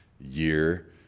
year